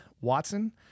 watson